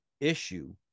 issue